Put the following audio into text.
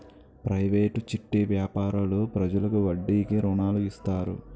private చిట్టి వ్యాపారులు ప్రజలకు వడ్డీకి రుణాలు ఇస్తారు